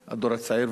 הצעיר,